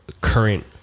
current